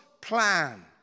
plan